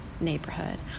neighborhood